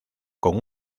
con